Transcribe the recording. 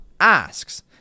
asks